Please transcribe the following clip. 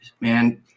man